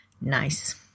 nice